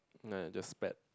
not the spad